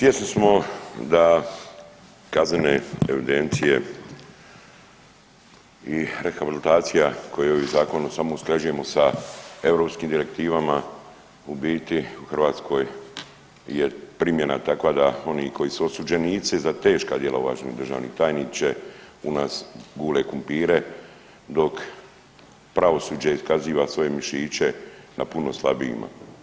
Svjesni smo da kaznene evidencije i rehabilitacija koje zakonom samo usklađujemo sa europskim direktivama u biti u Hrvatskoj je primjena takva da oni koji su osuđenici za teška djela uvaženi državni tajniče u nas gule kumpire dok pravosuđe iskaziva svoje mišiće na puno slabijima.